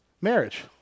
marriage